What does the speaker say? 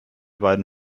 beiden